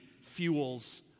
fuels